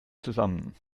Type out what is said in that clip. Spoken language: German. zusammen